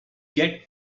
get